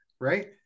Right